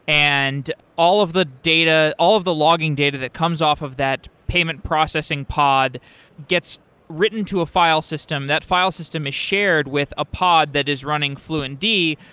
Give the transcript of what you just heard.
and all of the data, all of the logging data that comes off of that payment processing pod gets written to a file system. that file system is shared with a pod that is running fluentd.